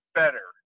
better